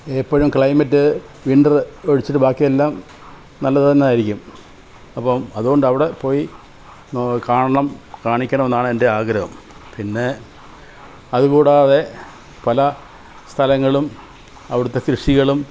എപ്പൊഴും climate winter ഒഴിച്ചിട്ട് ബാക്കി എല്ലാം നല്ലത് തന്നെ ആയിരിക്കും അപ്പം അതുകൊണ്ട് അവിടെ പോയി നോ കാണണം കാണിക്കണമെന്നാണ് എൻ്റെ ആഗ്രഹം പിന്നെ അതുകൂടാതെ പല സ്ഥലങ്ങളും അവിടുത്തെ കൃഷികളും